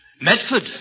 Medford